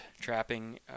trapping